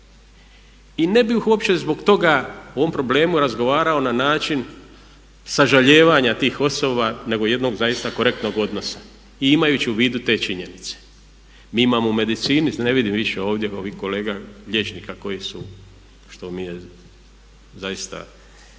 I ne bih uopće zbog toga o ovom problemu razgovarao na način sažalijevanja tih osoba nego jednog zaista korektnog odnosa i imajući u vidu te činjenice. Mi imamo u medicini, ne vidim više ovdje ovih kolega liječnika koji su što mi je zaista